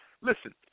listen